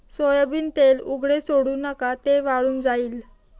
soybean तेल उघडे सोडू नका, ते वाळून जाईल